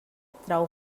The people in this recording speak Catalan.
trau